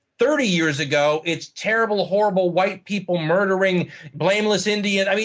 thirty years ago, it's terrible, horrible white people murdering blameless indians.